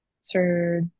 Sir